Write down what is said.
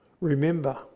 Remember